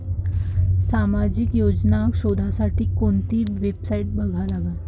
सामाजिक योजना शोधासाठी कोंती वेबसाईट बघा लागन?